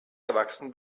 erwachsen